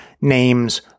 names